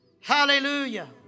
Hallelujah